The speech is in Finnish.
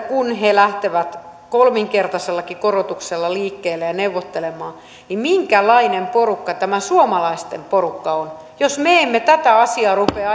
kun he lähtevät kolminkertaisellakin korotuksella liikkeelle ja neuvottelemaan jo kertoo siitä minkälainen porukka tämä suomalaisten porukka on jos me emme tätä asiaa rupea